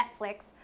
Netflix